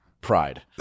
Pride